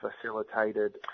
facilitated